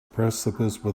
precipice